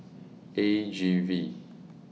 A G V